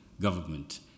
government